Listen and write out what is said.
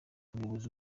umuyobozi